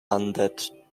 undead